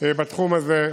בתחום הזה,